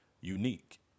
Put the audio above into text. unique